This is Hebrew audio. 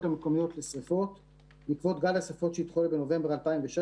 המקומיות לשרפות בעקבות גל השרפות שהתחולל בנובמבר 2016,